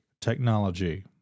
technology